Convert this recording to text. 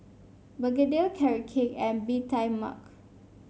begedil Carrot Cake and Bee Tai Mak